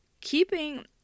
keeping